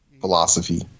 philosophy